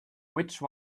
which